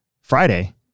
Friday